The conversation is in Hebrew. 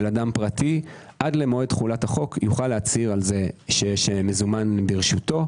של אדם פרטי עד מועד תחולת החוק יוכל להצהיר על זה שיש מזומן ברשותו.